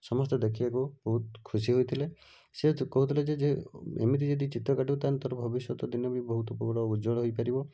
ସମସ୍ତେ ଦେଖିବାକୁ ବହୁତ୍ ଖୁସି ହୋଇଥିଲେ ସେ କହୁଥିଲେ ଯେ ଏମିତି ଯଦି ଚିତ୍ର କାଟିବୁ ତା'ହେଲେ ତୋର ଭବିଷ୍ୟତ ଦିନେ ବି ବହୁତ ବଡ଼ ଉଜ୍ୱଳ ହୋଇପାରିବ